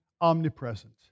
omnipresent